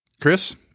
Chris